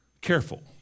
Careful